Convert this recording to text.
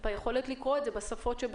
היכולת לקרוא אותו בכמה שפות.